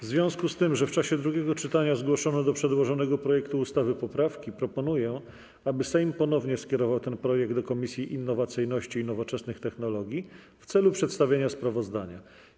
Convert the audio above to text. W związku z tym, że w czasie drugiego czytania zgłoszono do przedłożonego projektu ustawy poprawki, proponuję, aby Sejm ponownie skierował ten projekt do Komisji Innowacyjności i Nowoczesnych Technologii w celu przedstawienia sprawozdania.